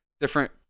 different